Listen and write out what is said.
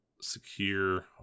Secure